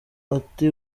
ati